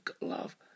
love